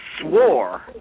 swore